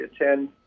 attend